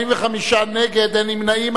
45 נגד, אין נמנעים.